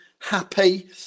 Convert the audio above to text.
happy